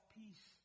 peace